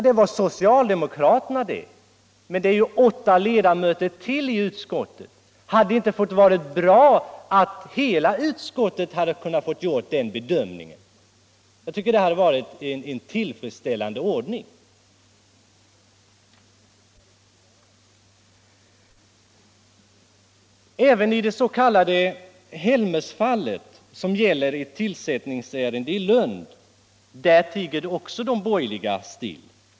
Det var socialdemokraterna det, men det finns ju ytterligare åtta ledamöter i utskottet. Hade det inte varit bra om hela utskottet hade fått göra den bedömningen? Jag tycker det hade varit en tillfredsställande ordning. Även i det s.k. Helmersfallet, som gäller ett tillsättningsärende i Lund, tiger de borgerliga still.